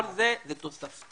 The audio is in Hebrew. כל זה זה תוספתי,